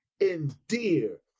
endear